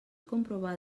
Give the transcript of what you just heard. comprovar